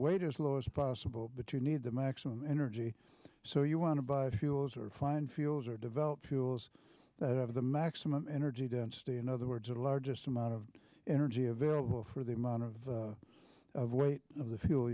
as low as possible but you need the maximum energy so you want to buy fuels or find fuels or develop tools that have the maximum energy density in other words the largest amount of energy available for the amount of of weight of the fuel